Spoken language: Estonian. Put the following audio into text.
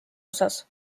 osas